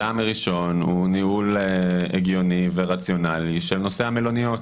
טעם ראשון הוא ניהול הגיוני ורציונלי של נושא המלוניות.